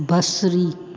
बसरी